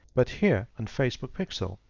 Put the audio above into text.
but here on facebook pixel,